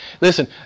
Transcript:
listen